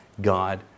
God